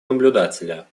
наблюдателя